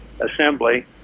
Assembly